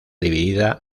dividida